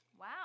Wow